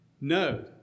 No